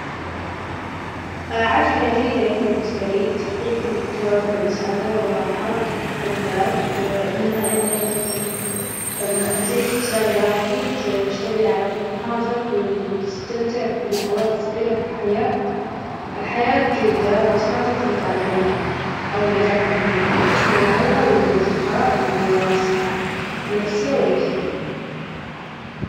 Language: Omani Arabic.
عيش حياة جيدة يعني بالنسبة لي تحقيق توازن بين السعادة والراحة وتحقيق الأهداف إنها إنك تعيش بسلام داخلي تشتغل على طموحاتك وتستمتع باللحظات الصغيرة في الحياة الحياة جيدة بس ما تعتمد على المال أو النجاح المهني بل تشمل العائلة والاصدقاء والصحة النفسية والجسدية